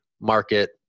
market